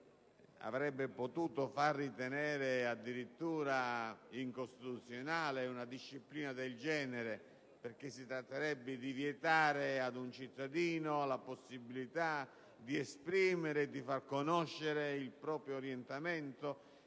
avrebbe potuto far ritenere addirittura incostituzionale una disciplina del genere, perché si tratterebbe di vietare ad un cittadino la possibilità di esprimere e di fare conoscere il proprio orientamento